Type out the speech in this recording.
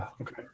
Okay